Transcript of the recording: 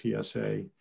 PSA